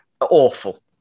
awful